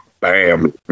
Bam